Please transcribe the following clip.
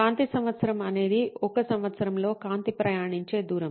కాంతి సంవత్సరం అనేది ఒక సంవత్సరంలో కాంతి ప్రయాణించే దూరం